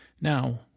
Now